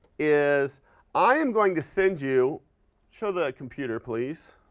is i am going to send you show the computer, please.